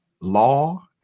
law